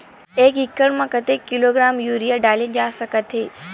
एक एकड़ म कतेक किलोग्राम यूरिया डाले जा सकत हे?